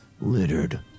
littered